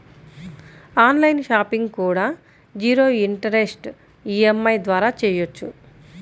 on line shopping కూడా zero interest EMI ద్వారా చెయ్యొచ్చు